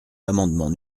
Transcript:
l’amendement